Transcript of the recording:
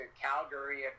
Calgary